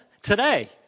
Today